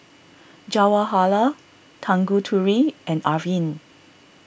Jawaharlal Tanguturi and Arvind